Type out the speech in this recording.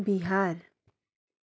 Bihar